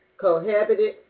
cohabited